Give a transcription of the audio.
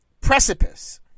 Precipice